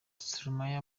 stromae